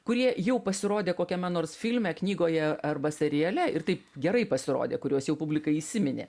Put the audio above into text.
kurie jau pasirodė kokiame nors filme knygoje arba seriale ir taip gerai pasirodė kuriuos jau publika įsiminė